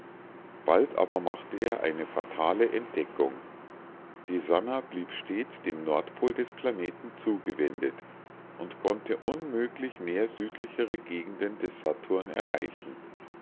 bald aber machte er eine fatale entdeckung die sannah blieb stets dem nordpol des planeten zugewendet und konnte unmöglich mehr südlichere gegenden des saturn erreichen